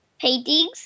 paintings